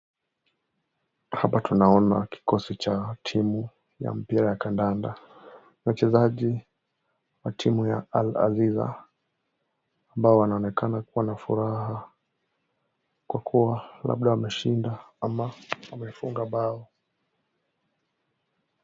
Hapa tunaona kikosi cha timu ya mpira ya kandanda. Wachezaji wa timu ya Al-Aziza ambao wanaonekana kuwa na furaha kwa kuwa labda wameshinda ama wamefunga bao.